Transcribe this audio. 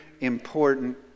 important